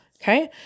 Okay